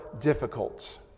Difficult